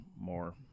more